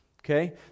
okay